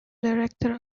director